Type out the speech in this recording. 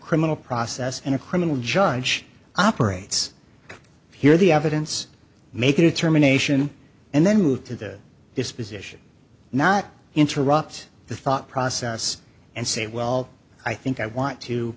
criminal process and a criminal judge operates hear the evidence make a determination and then move to the disposition not interrupt the thought process and say well i think i want to